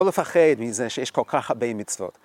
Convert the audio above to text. לא לפחד מזה שיש כל כך הרבה מצוות.